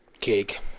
cake